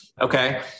Okay